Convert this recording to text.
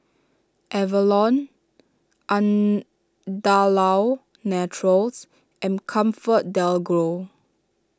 Avalon Andalou Naturals and ComfortDelGro